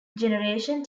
generation